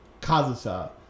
Kazusa